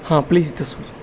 ਹਾਂ ਪਲੀਜ਼ ਦੱਸੋ ਜੀ